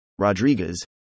Rodriguez